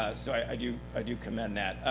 ah so i do i do commend that.